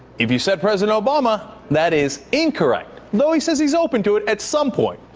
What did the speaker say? if you said president obama, that is incorrect. though he says he's open to it at some point.